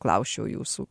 klausčiau jūsų